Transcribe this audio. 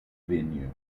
venue